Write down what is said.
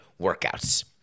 workouts